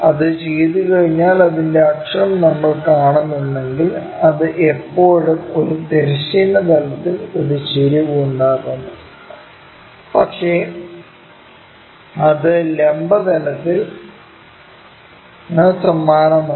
അത് ചെയ്തുകഴിഞ്ഞാൽ അതിന്റെ അക്ഷം നമ്മൾ കാണുന്നുണ്ടെങ്കിൽ അത് ഇപ്പോഴും ഒരു തിരശ്ചീന തലത്തിൽ ഒരു ചെരിവ് ഉണ്ടാക്കുന്നു പക്ഷേ അത് ലംബ തലത്തിന് സമാന്തരമാണ്